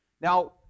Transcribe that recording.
Now